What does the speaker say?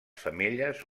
femelles